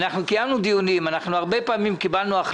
קיימנו דיונים ופעמים רבות קיבלנו כמה